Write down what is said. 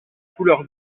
couleur